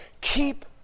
keep